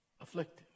afflicted